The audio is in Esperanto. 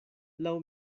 laŭ